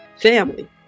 family